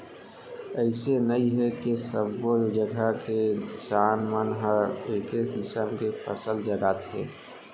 अइसे नइ हे के सब्बो जघा के किसान मन ह एके किसम के फसल लगाथे